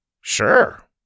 Sure